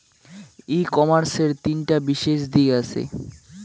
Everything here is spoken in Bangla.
ই কমার্সের তিনটা বিশেষ দিক আছে